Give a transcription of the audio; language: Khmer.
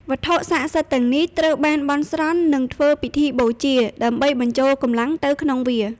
វត្ថុស័ក្តិសិទ្ធិទាំងនេះត្រូវបានបន់ស្រន់ និងធ្វើពិធីបូជា ដើម្បីបញ្ចូលកម្លាំងទៅក្នុងវា។